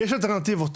יש אלטרנטיבות.